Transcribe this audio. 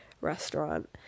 restaurant